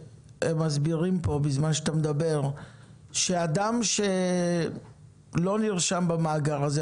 מסבירים פה בזמן שאתה מדבר שאדם שלא נרשם במאגר הזה,